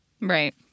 Right